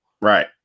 Right